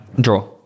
Draw